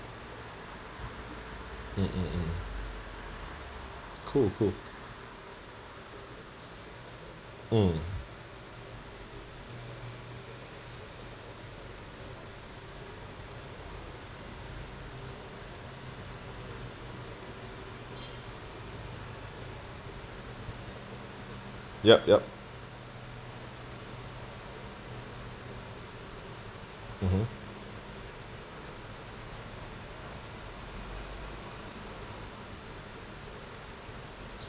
hmm hmm hmm cool cool hmm ya yup mmhmm